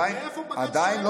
איפה בג"ץ,